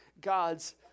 God's